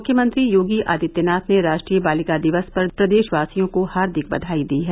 मुख्यमंत्री योगी आदित्यनाथ ने राष्ट्रीय बालिका दिवस पर प्रदेशवासियों को हार्दिक बघाई दी हैं